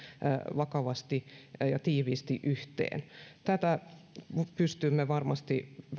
vakavasti ja tiiviisti yhteen tätä pystymme varmasti